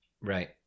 Right